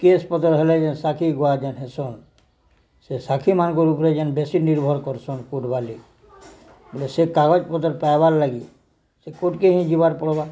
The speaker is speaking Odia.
କେସ୍ ପତ୍ର ହେଲେ ଯେନ୍ ସାଖି ଗୁଆ ଯେନ୍ ହେସନ୍ ସେ ସାଖୀମାନଙ୍କ ଉପରେ ଯେନ୍ ବେଶୀ ନିର୍ଭର କରସନ୍ କୋର୍ଟ ବାଲିିକ୍ ବୋଲେ ସେ କାଗଜ ପତ୍ର ପାଇବାର୍ ଲାଗି ସେ କୋର୍ଟକେ ହିଁ ଯିବାର୍ ପଡ଼୍ବା